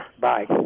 Bye